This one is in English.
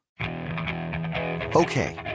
Okay